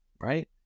right